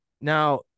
now